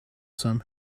some